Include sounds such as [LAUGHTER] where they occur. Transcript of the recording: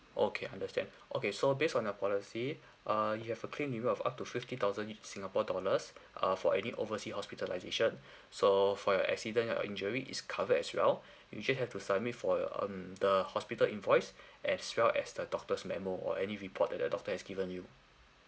okay understand okay so based on the policy uh you have a claim limit of up to fifty thousand singapore dollars uh for any oversea hospitalisation [BREATH] so for your accident uh injury is covered as well [BREATH] you just have to submit for your um the hospital invoice [BREATH] as well as the doctor's memo or any report that the doctor has given you